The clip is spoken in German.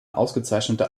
ausgezeichnete